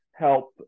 help